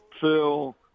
Phil